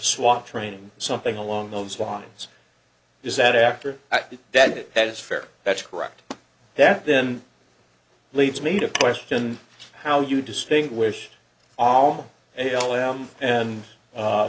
swat training something along those lines is that after that that is fair that's correct that then leads me to question how you distinguish all